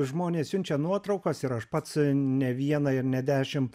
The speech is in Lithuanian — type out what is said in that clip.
žmonės siunčia nuotraukas ir aš pats ne vieną ir ne dešimt